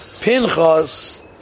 Pinchas